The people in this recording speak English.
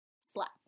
slap